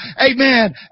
amen